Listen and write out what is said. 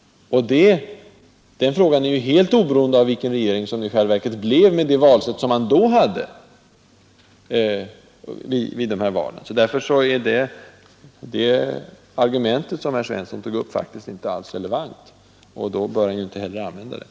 Den frågan är ju helt oberoende av vilken regering det i själva verket blev med det valsätt som man då hade vid dessa val. Därför är herr Svenssons argument i det fallet inte alls relevant, och då bör han inte heller använda det.